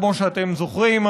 כמו שאתם זוכרים,